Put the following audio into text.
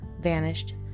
vanished